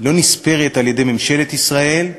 לא נספרת על-ידי ממשלת ישראל,